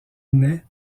n’est